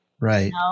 Right